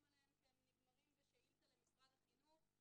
כי הם נגמרים בשאילתה למשרד החינוך,